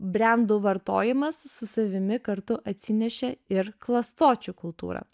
brendų vartojimas su savimi kartu atsinešė ir klastočių kultūrą